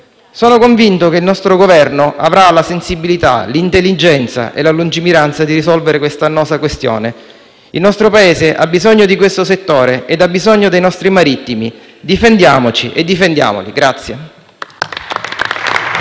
Sono convinto che il nostro Governo avrà la sensibilità, l'intelligenza e la lungimiranza di risolvere questa annosa questione. Il nostro Paese ha bisogno di questo settore e ha bisogno dei nostri marittimi. Difendiamoci e difendiamoli.